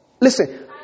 Listen